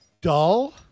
dull